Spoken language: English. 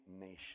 nation